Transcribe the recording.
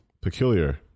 Peculiar